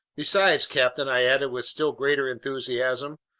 besides, captain, i added with still greater enthusiasm,